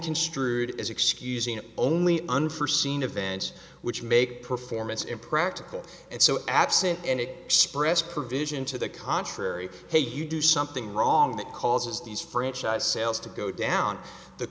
construed as excusing only unforseen events which make performance impractical and so absent and it spreads provision to the contrary hey you do something wrong that causes these franchise sales to go down the